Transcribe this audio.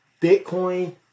Bitcoin